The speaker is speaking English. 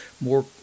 more